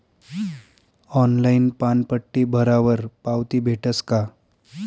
Online पानपट्टी भरावर पावती भेटस का?